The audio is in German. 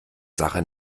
sache